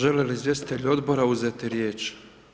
Žele li izvjestitelji odbora uzeti riječ?